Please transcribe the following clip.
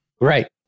Right